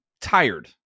tired